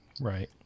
right